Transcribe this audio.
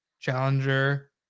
challenger